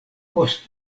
post